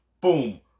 boom